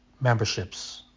memberships